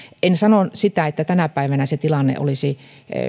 en sano sitä että tänä päivänä se tilanne olisi